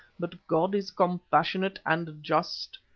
but god is compassionate and just,